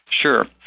Sure